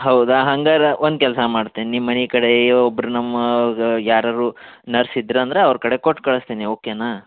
ಹೌದಾ ಹಂಗಾರೆ ಒಂದು ಕೆಲಸ ಮಾಡ್ತೀನೀ ನಿಮ್ಮ ಮನೆ ಕಡೆ ಏ ಒಬ್ಬರು ನಮ್ಮ ಯಾರಾದ್ರು ನರ್ಸ್ ಇದ್ರು ಅಂದರೆ ಅವ್ರ ಕಡೆ ಕೊಟ್ಟು ಕಳಿಸ್ತೀನಿ ಓಕೆನಾ